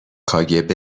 کاگب